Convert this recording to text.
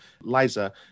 Liza